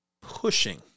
pushing